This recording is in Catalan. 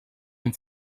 amb